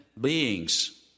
beings